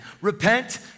Repent